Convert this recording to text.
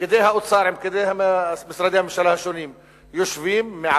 פקידי האוצר יושבים עם פקידי משרדי הממשלה השונים,